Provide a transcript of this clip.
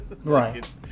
Right